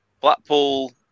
Blackpool